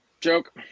Joke